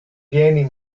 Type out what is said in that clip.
vieni